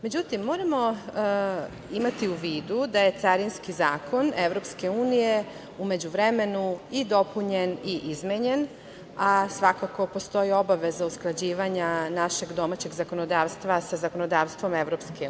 Međutim, moramo imati u vidu da je Carinski zakon EU u međuvremenu i dopunjen i izmenjen, a svakako postoji obaveza usklađivanja našeg domaćeg zakonodavstva sa zakonodavstvom EU.